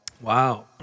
Wow